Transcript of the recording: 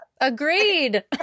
Agreed